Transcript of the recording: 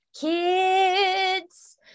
kids